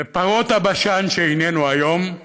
לפרות הבשן שהננו היום,